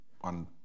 on